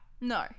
No